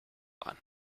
one